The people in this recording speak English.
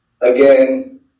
again